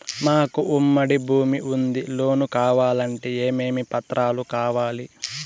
మాకు ఉమ్మడి భూమి ఉంది లోను కావాలంటే ఏమేమి పత్రాలు కావాలి?